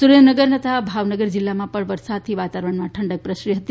સુરેન્દ્રનગર તથા ભાવનગર જિલ્લામાં પણ વરસાદથી વાતાવરણમાં ઠંડક પ્રસરી હતી